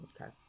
Okay